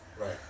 Right